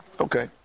Okay